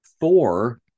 four